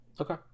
okay